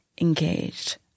engaged